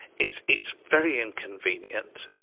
it's it's very inconvenient,